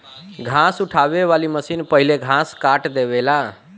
घास उठावे वाली मशीन पहिले घास काट देवेला